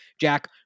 Jack